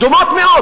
דומות מאוד,